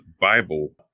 Bible